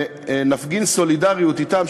ונפגין סולידריות אתם,